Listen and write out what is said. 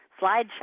slideshow